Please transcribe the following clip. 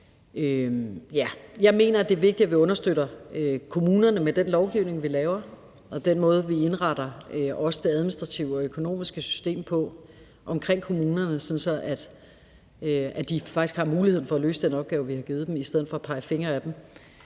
Jeg mener, det er vigtigt, at vi understøtter kommunerne med den lovgivning, vi laver, og den måde, vi indretter også det administrative og det økonomiske system på i kommunerne, sådan at de faktisk har muligheden for at løse den opgave, vi har givet dem, i stedet for at pege fingre ad dem.